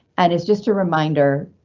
and it's just a reminder,